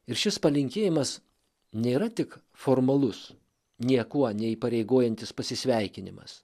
ir šis palinkėjimas nėra tik formalus niekuo neįpareigojantis pasisveikinimas